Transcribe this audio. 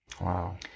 Wow